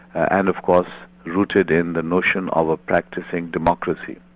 and of course rooted in the notion of a practising democracy.